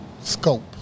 scope